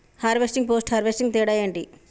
Harvesting, post harvesting తేడా ఏంటి?